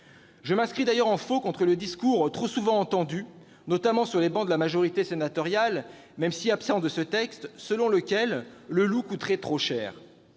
Je m'inscris d'ailleurs en faux contre le discours trop souvent entendu- notamment sur les travées de la majorité sénatoriale -bien qu'il soit absent de ce texte, selon lequel le loup coûterait trop cher.